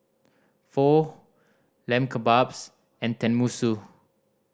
Pho Lamb Kebabs and Tenmusu